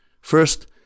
First